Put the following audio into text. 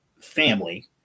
family